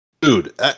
Dude